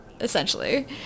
essentially